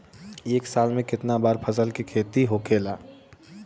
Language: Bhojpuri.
एक साल में कितना बार फसल के खेती होखेला?